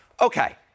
Okay